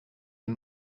est